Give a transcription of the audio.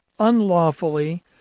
unlawfully